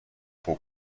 pro